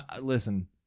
Listen